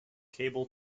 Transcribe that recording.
cable